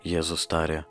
jėzus tarė